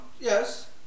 yes